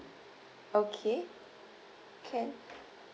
okay can